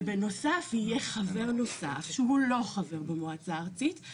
ובנוסף יהיה חבר נוסף שהוא לא חבר במועצה הארצית,